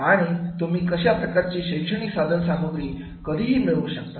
आणि तुम्ही अशा प्रकार ची शैक्षणिक साधन सामग्री कधी मिळू शकता